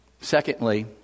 Secondly